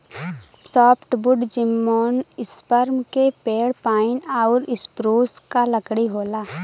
softwood gymnosperm के पेड़ pine आउर स्प्रूस क लकड़ी होला